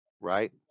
Right